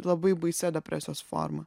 labai baisia depresijos forma